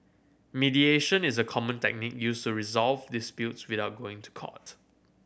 mediation is a common used to resolve disputes without going to court